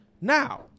Now